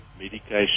medication